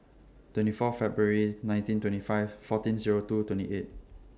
twenty four February nineteen twenty five fourteen Zero two twenty eight